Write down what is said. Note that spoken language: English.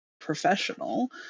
professional